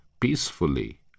peacefully